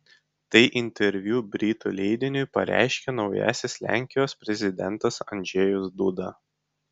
tai interviu britų leidiniui pareiškė naujasis lenkijos prezidentas andžejus duda